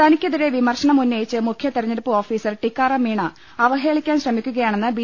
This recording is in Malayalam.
തനിക്കെതിരെ വിമർശനം ഉന്നയച്ച് മുഖ്യ തെരഞ്ഞെടുപ്പ് ഓഫീസർ ടിക്കാറാം മീണ അവഹേളിക്കാൻ ശ്രമിക്കുകയാ ണെന്ന് ബി